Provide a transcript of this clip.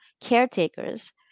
caretakers